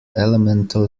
elemental